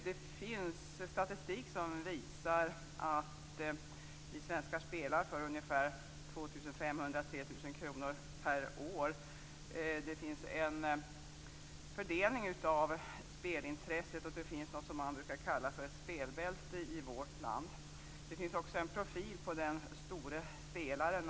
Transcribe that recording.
Det finns statistik som visar att vi svenskar spelar för 2 500-3 000 kr per år. Det finns en fördelning av spelintresset och något som man brukar kalla ett spelbälte i vårt land. Det finns också en profil på den store spelaren.